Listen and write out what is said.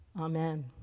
Amen